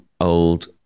old